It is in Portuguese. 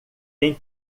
tem